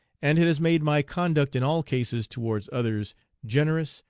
and it has made my conduct in all cases towards others generous,